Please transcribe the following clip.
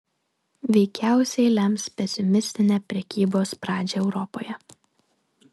veikiausiai lems pesimistinę prekybos pradžią europoje